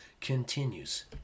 continues